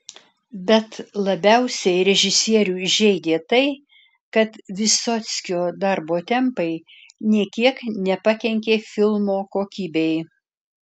bet labiausiai režisierių žeidė tai kad vysockio darbo tempai nė kiek nepakenkė filmo kokybei